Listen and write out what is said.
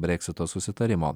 breksito susitarimo